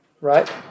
right